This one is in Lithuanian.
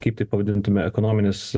kaip tai pavadintume ekonominis